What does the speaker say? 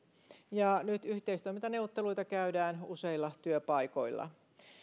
ja nyt yhteistoimintaneuvotteluita käydään useilla työpaikoilla